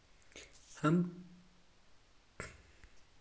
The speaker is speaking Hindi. हम कृषि उपकरणों को ऑनलाइन कैसे खरीद और बेच सकते हैं?